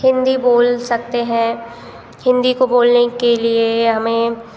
हिंदी बोल सकते हैं हिंदी को बोलने के लिए हमें